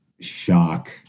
shock